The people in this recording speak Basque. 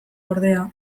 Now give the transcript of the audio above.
ordea